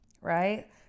Right